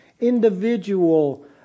individual